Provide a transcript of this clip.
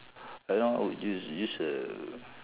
but now I would use use a